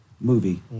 movie